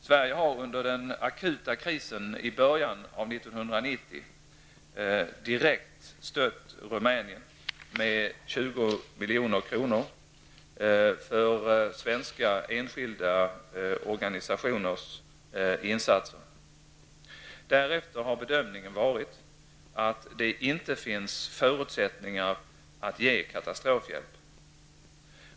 Sverige har under den akuta krisen i början av 1990 direkt stött Rumänien med 20 milj.kr. för svenska enskilda hjälporganisationers insatser. Därefter har bedömningen varit att det inte finns förutsättningar att ge katastrofhjälp.